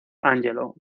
angelo